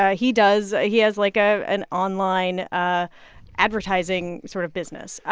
ah he does he has, like, ah an online ah advertising sort of business.